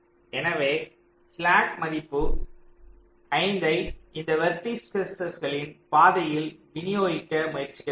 எனவே ஸ்லாக் மதிப்பு 5 யை இந்த வெர்டிசஸ்களின் பாதையில் விநியோகிக்க முயற்சிக்கி வேண்டும்